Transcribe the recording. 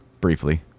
briefly